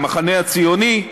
המחנה הציוני,